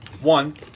one